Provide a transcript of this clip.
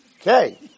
Okay